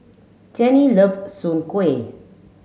Jenni love Soon Kway